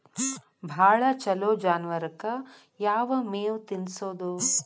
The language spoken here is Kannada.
ಭಾಳ ಛಲೋ ಜಾನುವಾರಕ್ ಯಾವ್ ಮೇವ್ ತಿನ್ನಸೋದು?